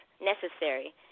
necessary